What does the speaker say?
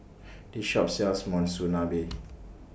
This Shop sells Monsunabe